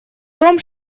том